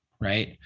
right